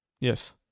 Yes